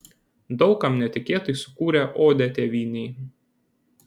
daug kam netikėtai sukūrė odę tėvynei